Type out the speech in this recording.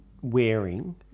wearing